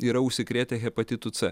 yra užsikrėtę hepatitu c